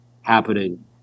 happening